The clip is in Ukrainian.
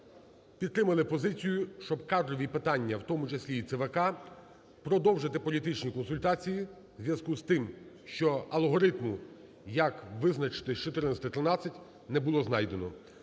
підтримали позицію, щоб кадрові питання, в тому числі і ЦВК, продовжити політичні консультації в зв'язку з тим, що алгоритм, як визначити із чотирнадцяти